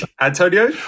Antonio